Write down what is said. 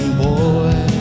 boy